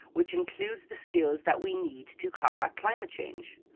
which includes the skills that we need to combat climate change.